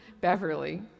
Beverly